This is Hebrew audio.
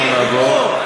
אנחנו נעבור,